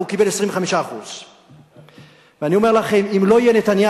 והוא קיבל 25%. ואני אומר לכם, אם לא יהיה נתניהו,